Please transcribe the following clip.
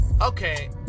okay